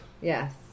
Yes